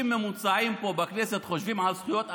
ממוצעים פה בכנסת חושבים על זכויות אדם,